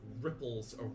ripples